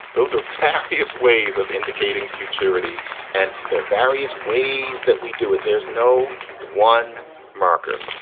those are fattiest ways of indicating futurity and there are various ways that we do it. there's no one marker.